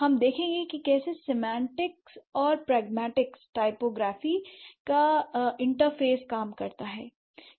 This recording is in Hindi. हम देखेंगे कि कैसे सेमांटिक्स और प्रगमेटिक्स टाइपोग्राफी का इंटरफ़ेस काम करता है